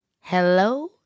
Hello